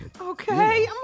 Okay